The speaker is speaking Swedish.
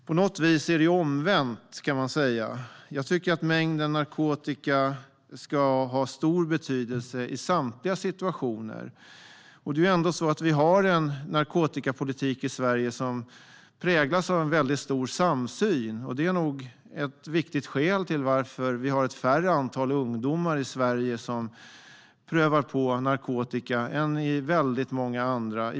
På något vis kan man säga att det är omvänt. Jag tycker att mängden narkotika ska ha stor betydelse i samtliga situationer. Vi har ändå en narkotikapolitik i Sverige som präglas av en väldigt stor samsyn. Det är nog ett viktigt skäl till att vi har ett lägre antal ungdomar i Sverige som prövar på narkotika än i väldigt många andra länder.